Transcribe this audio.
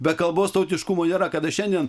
be kalbos tautiškumo nėra kada šiandien